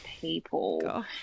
people